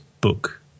book